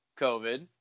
COVID